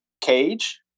cage